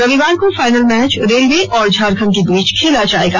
रविवार को final match railway और झारखंड के बीच खेला जायेगा